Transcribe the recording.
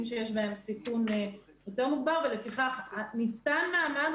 שיש בהם סיכון יותר מוגבר ולפיכך ניתן מעמד,